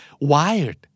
Wired